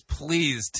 please